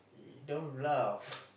don't bluff